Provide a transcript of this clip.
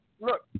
Look